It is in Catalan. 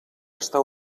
estar